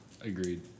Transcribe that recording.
Agreed